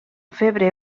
febre